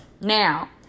Now